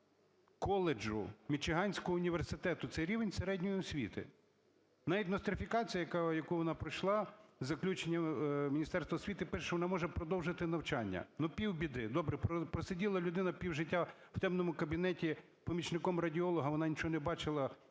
коледжу Мічиганського університету. Це рівень середньої освіти. Навіть нострифікація, яку вона пройшла, в заключенні Міністерство освіти пише, що вона може продовжити навчання. Ну, півбіди, добре. Просиділа людина півжиття в темному кабінеті помічником радіолога, вона нічого не бачила,